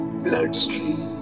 bloodstream